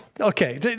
Okay